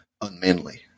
unmanly